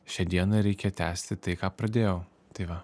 šią dieną ir reikia tęsti tai ką pradėjau tai va